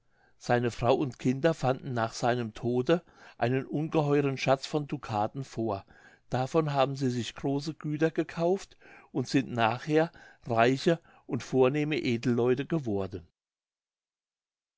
seine frau und kinder fanden nach seinem tode einen ungeheuren schatz von dukaten vor davon haben sie sich große güter gekauft und sind nachher reiche und vornehme edelleute geworden